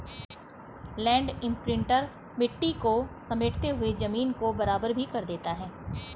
land imprinter मिट्टी को समेटते हुए जमीन को बराबर भी कर देता है